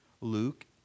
Luke